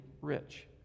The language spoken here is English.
rich